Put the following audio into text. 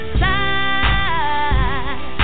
side